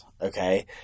okay